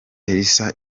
elsa